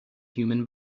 human